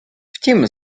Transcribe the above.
втім